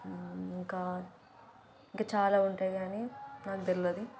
ఇంకా ఇంకా చాలా ఉంటాయి కానీ నాకు తెలియదు